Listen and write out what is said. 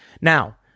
Now